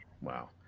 wow